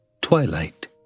twilight